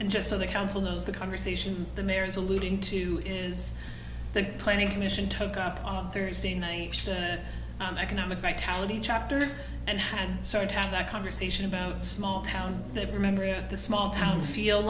and just of the council knows the conversation the mayor is alluding to is the planning commission took up on thursday night the economic vitality chapter and had started to have that conversation about small town that remember it the small town feel